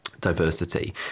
diversity